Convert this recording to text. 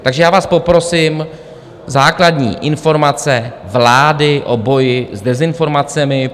Takže já vás poprosím, základní informace vlády o boji s dezinformacemi.